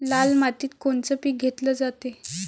लाल मातीत कोनचं पीक घेतलं जाते?